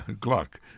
Gluck